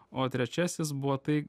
o trečiasis buvo tai